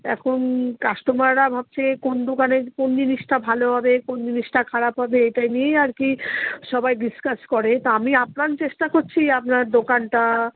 এখন কাস্টমাররা ভাবছে কোন দোকানের কোন জিনিসটা ভালো হবে কোন জিনিসটা খারাপ হবে এটা নিয়েই আর কি সবাই ডিসকাস করে তা আমি আপ্রাণ চেষ্টা করছি আপনার দোকানটা